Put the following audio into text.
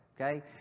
okay